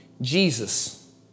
Jesus